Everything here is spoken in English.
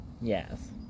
Yes